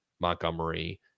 Montgomery